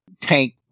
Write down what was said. tank